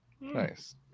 nice